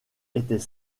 était